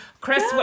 Chris